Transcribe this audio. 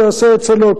שיעשה את שלו,